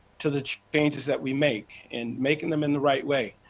to the changes that we make, and making them in the right way.